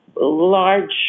large